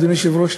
אדוני היושב-ראש,